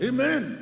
Amen